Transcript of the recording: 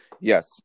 yes